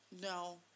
No